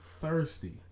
thirsty